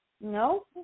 no